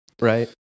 Right